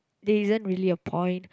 that isn't really a point